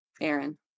aaron